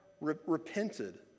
repented